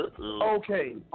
Okay